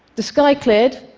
the sky cleared,